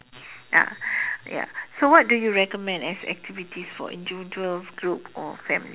ya ya so what do you recommend as activities for individuals group or family